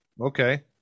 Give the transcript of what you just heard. okay